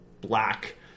black